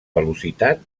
velocitat